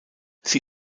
sie